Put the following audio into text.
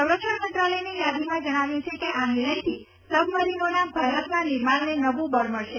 સંરક્ષણ મંત્રાલયની યાદીમાં જજ્ઞાવ્યું છે કે આ નિર્ણયથી સબમરીનોના ભારતમાં નિર્માણને નવુ બળ મળશે